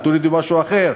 אבל תורידו משהו אחר.